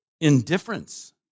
Indifference